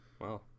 Wow